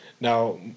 Now